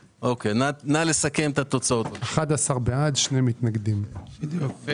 בעד, 11 נגד, 2 נמנעים,